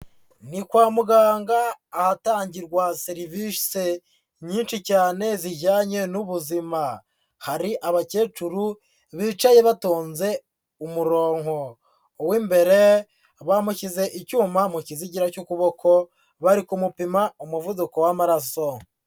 Ni kwa muganga ahatangirwa serivise nyinshi cyane zijyanye n'ubuzima, hari abakecuru bicaye batonze umurongo, uw'imbere abamushyize icyuma mu kizigira cy'ukuboko, bari kumupima umuvuduko w'amaraso.